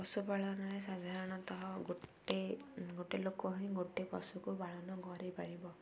ପଶୁପାଳନରେ ସାଧାରଣତଃ ଗୋଟେ ଗୋଟେ ଲୋକ ହିଁ ଗୋଟେ ପଶୁକୁ ପାଳନ କରେଇପାରିବ